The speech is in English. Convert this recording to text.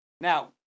Now